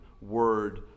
word